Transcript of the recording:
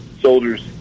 soldiers